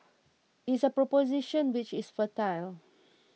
it's a proposition which is fertile